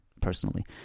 personally